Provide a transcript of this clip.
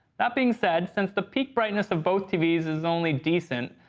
that being said, since the peak brightness of both tvs is only decent,